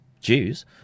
Jews